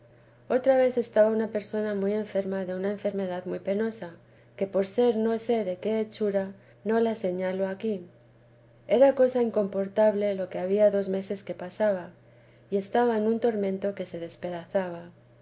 otra vez estaba una persona muy enferma de una enfermedad muy penosa que por ser no sé de qué hechura no la señalo aquí era cosa incomportable lo que había dos meses que pasaba y estaba en un tormento que se despedazaba